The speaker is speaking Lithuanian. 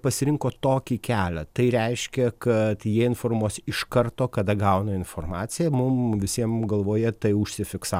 pasirinko tokį kelią tai reiškia kad jie informuos iš karto kada gauna informaciją mum visiem galvoje tai užsifiksa